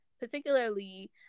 Particularly